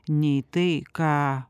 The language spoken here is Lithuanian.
nei tai ką